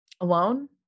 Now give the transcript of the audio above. alone